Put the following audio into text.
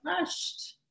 rushed